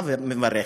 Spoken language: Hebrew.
מה מברך?